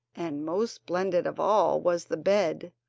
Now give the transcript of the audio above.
and most splendid of all was the bed,